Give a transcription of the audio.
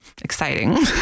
exciting